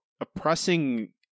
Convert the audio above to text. oppressing